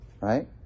right